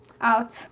out